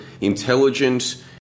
intelligent